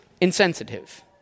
insensitive